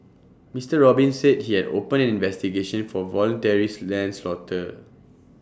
Mister Robin said he had opened an investigation for voluntary lens laughter